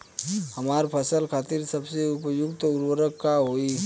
हमार फसल खातिर सबसे उपयुक्त उर्वरक का होई?